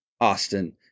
Austin